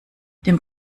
dem